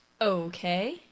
Okay